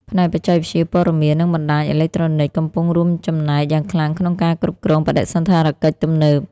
ផ្នែកបច្ចេកវិទ្យាព័ត៌មាន និងបណ្ដាញអេឡិចត្រូនិចកំពុងរួមចំណែកយ៉ាងខ្លាំងក្នុងការគ្រប់គ្រងបដិសណ្ឋារកិច្ចទំនើប។